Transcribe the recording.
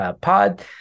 Pod